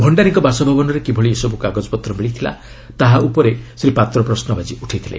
ଭଣ୍ଡାରୀଙ୍କ ବାସଭବନରେ କିଭଳି ଏସବୁ କାଗଜପତ୍ର ମିଳିଥିଲା ତାହା ଉପରେ ଶ୍ରୀ ପାତ୍ର ପ୍ରଶ୍ନବାଚୀ ଉଠାଇଥିଲେ